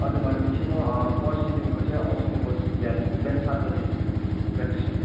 हजुर भने पछि म पर्सिदेखिको चाहिँ आउँछु नि कोच बिहान बिहान सात बजी प्र्याक्टिसमा